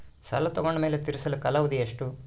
ಸಾಲ ತಗೊಂಡು ಮೇಲೆ ತೇರಿಸಲು ಕಾಲಾವಧಿ ಎಷ್ಟು?